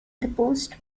post